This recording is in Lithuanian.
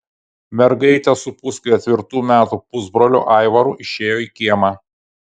mergaitė su pusketvirtų metų pusbroliu aivaru išėjo į kiemą